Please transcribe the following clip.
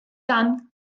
dan